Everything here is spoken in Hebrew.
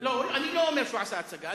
עשה הצגה.